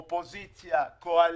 אופוזיציה, קואליציה,